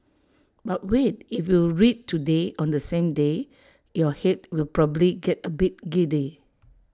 but wait if you read today on the same day your Head will probably get A bit giddy